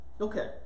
Okay